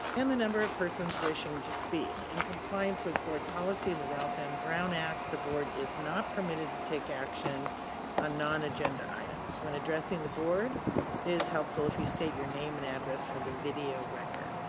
and the number of persons wishing to speak. in compliance with board policy and the ralph m. brown act, the board is not permitted to take action on non-agenda items. when addressing the board it is helpful if you state your name and address for the video record.